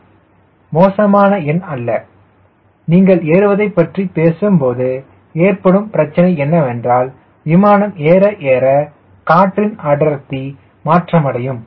ஒரு மோசமான எண் அல்ல நீங்கள் ஏறுவதைப் பற்றி பேசும்போது ஏற்படும் பிரச்சனை என்னவென்றால் விமானம் ஏற ஏற காற்றின் அடர்த்தி மாற்றமடையும்